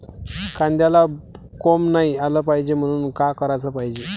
कांद्याला कोंब नाई आलं पायजे म्हनून का कराच पायजे?